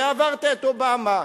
ועברת את אובמה,